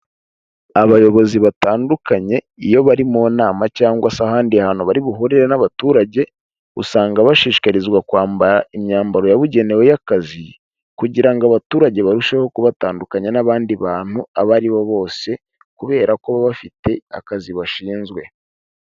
Abayobozi batandukanye iyo bari mu nama cyangwa se ahandi hantu bari buhurire n'abaturage, usanga bashishikarizwa kwambara imyambaro yabugenewe y'akazi kugira ngo abaturage barusheho kubatandukanya n'abandi bantu abo aribo bose, kubera ko baba bafite akazi bashinzwe.